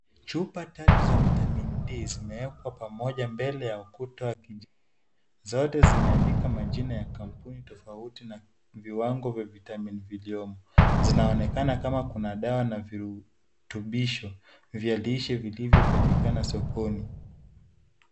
Chupa tatu za vitamin D zimewekwa pamoja mbele ya ukuta wa kima. Zote zimeandikwa majina ya kampuni tofauti na viwango vya vitamin viliomo . Zinaonekana kama kuna dawa na virutubisho vya lishe vilivyo patikana sokoni.